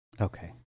Okay